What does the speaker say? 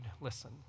listen